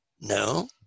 No